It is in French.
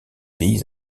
pays